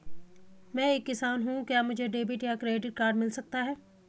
मैं एक किसान हूँ क्या मुझे डेबिट या क्रेडिट कार्ड मिल सकता है?